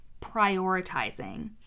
prioritizing